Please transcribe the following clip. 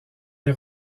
les